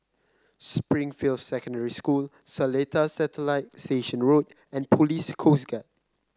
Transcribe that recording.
Springfield Secondary School Seletar Satellite Station Road and Police Coast Guard